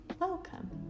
welcome